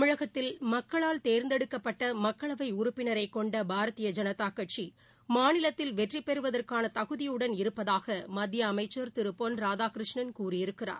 தமிழகத்தில் மக்களால் தேர்ந்தெடுக்கப்பட்ட மக்களவை உறுப்பினரைக் கொண்ட பாரதீய ஜனதா கட்சி மாநிலத்தில் வெற்றி பெறுவதற்கான தகுதியுடன் இருப்பதாக மத்திய அமைச்சர் திரு பொன் ராதாகிருஷ்ணன் கூறியிருக்கிறார்